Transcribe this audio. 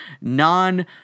non